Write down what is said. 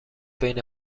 بین